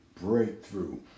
breakthrough